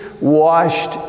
washed